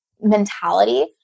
mentality